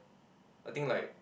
I think like